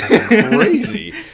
Crazy